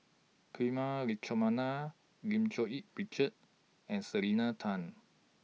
Prema Letchumanan Lim Cherng Yih Richard and Selena Tan